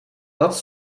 dat